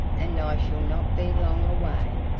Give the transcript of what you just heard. and i shall not be long away,